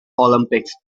olympics